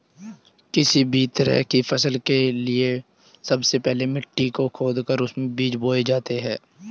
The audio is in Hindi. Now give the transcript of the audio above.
किसी भी तरह की फसल के लिए सबसे पहले मिट्टी को खोदकर उसमें बीज बोए जाते हैं